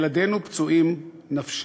ילדינו פצועים נפשית.